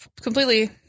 completely